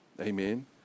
Amen